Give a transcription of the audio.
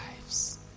lives